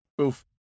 oof